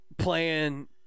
playing